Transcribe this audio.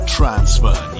Transfer